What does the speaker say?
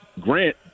Grant